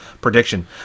prediction